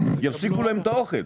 יפסיקו להם את האוכל.